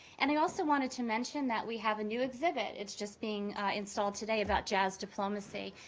and i also wanted to mention that we have a new exhibit it's just being installed today about jazz diplomacy.